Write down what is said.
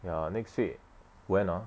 ya next week when ah